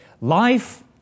Life